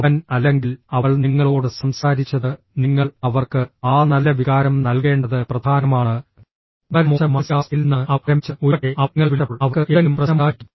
അവൻ അല്ലെങ്കിൽ അവൾ നിങ്ങളോട് സംസാരിച്ചത് നിങ്ങൾ അവർക്ക് ആ നല്ല വികാരം നൽകേണ്ടത് പ്രധാനമാണ് വളരെ മോശം മാനസികാവസ്ഥയിൽ നിന്നാണ് അവർ ആരംഭിച്ചത് ഒരുപക്ഷേ അവർ നിങ്ങളെ വിളിച്ചപ്പോൾ അവർക്ക് എന്തെങ്കിലും പ്രശ്നമുണ്ടായിരിക്കാം